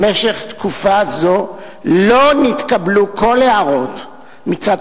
במשך תקופה זו לא נתקבלו כל הערות מצד